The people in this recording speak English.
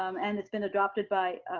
um and it's been adopted by